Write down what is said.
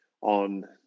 on